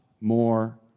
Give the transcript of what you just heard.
more